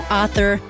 author